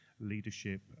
leadership